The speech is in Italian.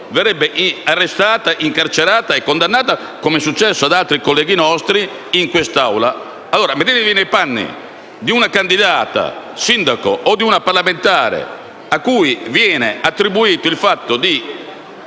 verrebbe arrestata, incarcerata e condannata, come è successo ad altri nostri colleghi in quest'Assemblea. Mettetevi allora nei panni di una candidata sindaco o di una parlamentare cui venga attribuito il fatto di